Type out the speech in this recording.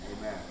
Amen